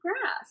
grass